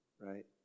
Right